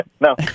No